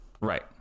right